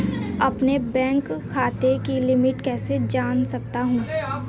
अपने बैंक खाते की लिमिट कैसे जान सकता हूं?